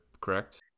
correct